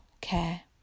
care